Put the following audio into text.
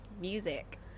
music